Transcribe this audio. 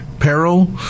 peril